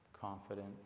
confident